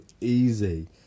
easy